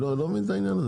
אני לא מבין את העניין הזה.